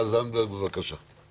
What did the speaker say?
איל זנדברג, בבקשה.